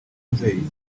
nzeri